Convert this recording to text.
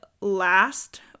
last